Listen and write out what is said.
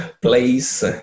place